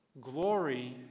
glory